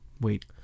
wait